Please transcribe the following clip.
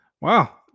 Wow